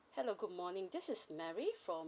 hello good morning this is mary from